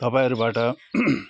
तपाईँहरूबाट